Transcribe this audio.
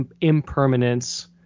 impermanence